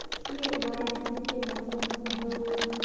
KYC के मतलब केहू?